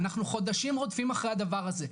אנחנו חודשים רודפים אחרי הדבר הזה,